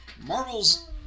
Marvel's